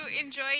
enjoy